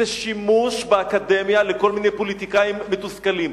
זה שימוש באקדמיה לכל מיני פוליטיקאים מתוסכלים.